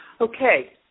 Okay